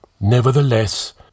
Nevertheless